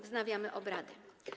Wznawiam obrady.